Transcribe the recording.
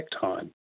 time